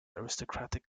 aristocratic